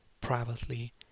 privately